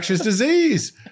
disease